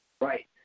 Right